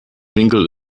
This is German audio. winkel